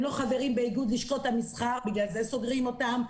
הם לא חברים באיגוד לשכות המסחר בגלל זה סוגרים אותם.